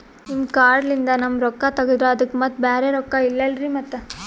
ನಿಮ್ ಕಾರ್ಡ್ ಲಿಂದ ನಮ್ ರೊಕ್ಕ ತಗದ್ರ ಅದಕ್ಕ ಮತ್ತ ಬ್ಯಾರೆ ರೊಕ್ಕ ಇಲ್ಲಲ್ರಿ ಮತ್ತ?